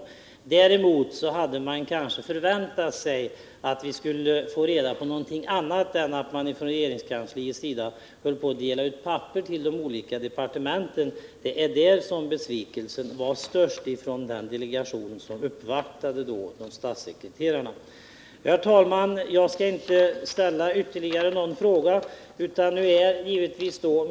Men däremot hade vi kanske förväntat oss att få något annat besked än att man inom regeringskansliet höll på att dela ut papper till de olika departementen. Det var främst över detta besvikelsen var stor hos den delegation som uppvaktade statssekreteraren. Herr talman! Jag skall inte ställa några ytterligare frågor.